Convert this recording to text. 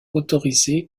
autorisé